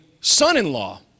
son-in-law